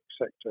sector